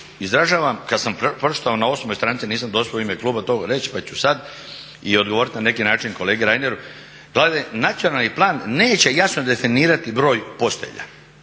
izražavam kada sam pročitao na 8. stranici nisam uspio u ime kluba reći pa ću sada i odgovoriti na neki način kolegi Reineru, …/Govornik se ne razumije./… nacionalni plan neće jasno definirati broj postelja.